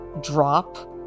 drop